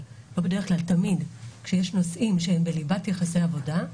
תמיד כשיש נושאים שהם בליבת יחסי העבודה,